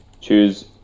choose